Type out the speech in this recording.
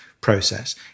process